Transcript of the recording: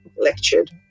lectured